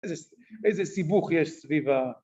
איזה סיבוך יש סביב ה...